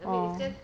ah